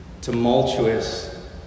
tumultuous